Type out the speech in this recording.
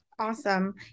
Awesome